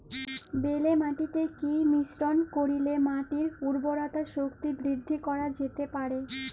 বেলে মাটিতে কি মিশ্রণ করিলে মাটির উর্বরতা শক্তি বৃদ্ধি করা যেতে পারে?